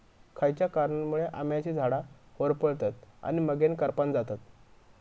खयच्या कारणांमुळे आम्याची झाडा होरपळतत आणि मगेन करपान जातत?